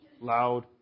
Loud